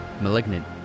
Malignant